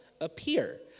appear